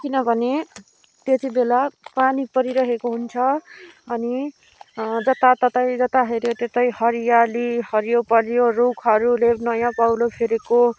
किनभने त्यति बेला पानी परिरहेको हुन्छ अनि जताततै जता हेऱ्यो त्यतै हरियाली हरियोपरियो रुखहरूले नयाँ पाउलो फेरेको